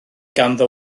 ganddo